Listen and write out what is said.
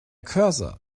cursor